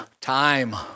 time